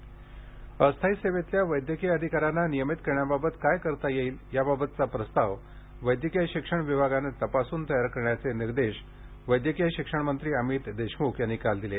वैद्यकीय कर्मचारी अस्थायी सेवेतल्या वैद्यकीय अधिकाऱ्यांना नियमित करण्याबाबत काय करता येईल याबाबतचा प्रस्ताव वैद्यकीय शिक्षण विभागानं तपासून तयार करण्याचे निर्देश वैद्यकीय शिक्षणमंत्री अमित देशमुख यांनी काल दिले